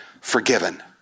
Forgiven